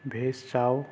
veg chow